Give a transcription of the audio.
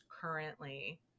currently